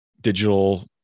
digital